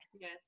Yes